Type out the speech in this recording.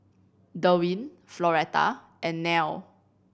Derwin Floretta and Nelle